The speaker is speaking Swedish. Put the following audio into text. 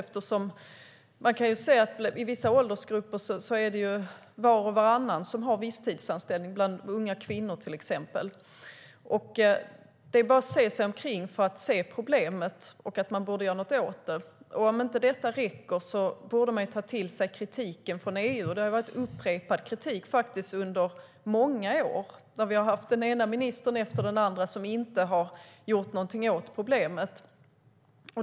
I vissa åldersgrupper har ju var och varannan visstidsanställning, till exempel bland unga kvinnor. Det är bara att se sig omkring för att se problemet och att man borde göra något åt det. Om inte detta räcker borde man ta till sig kritiken från EU. Det har varit upprepad kritik under många år. Vi har haft den ena ministern efter den andra som inte har gjort någonting åt problemet.